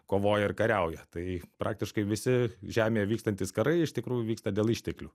kovoja ir kariauja tai praktiškai visi žemėje vykstantys karai iš tikrųjų vyksta dėl išteklių